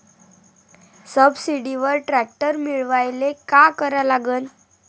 सबसिडीवर ट्रॅक्टर मिळवायले का करा लागन?